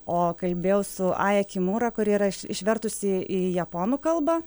o kalbėjau su aja kimūra kuri yra iš išvertusi į japonų kalbą